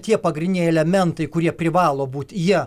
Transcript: tie pagrindiniai elementai kurie privalo būt jie